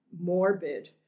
morbid